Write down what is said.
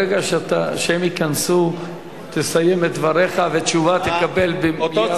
ברגע שהם ייכנסו תסיים את דבריך ותשובה תקבל מייד,